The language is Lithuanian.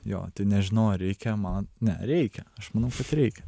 jo tai nežinau ar reikia man ne reikia aš manau kad reikia